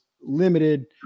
limited